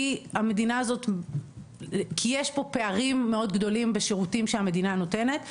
כי יש פה פערים מאוד גדולים בשירותים שהמדינה נותנת,